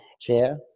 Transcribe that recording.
Chair